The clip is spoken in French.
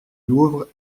louvre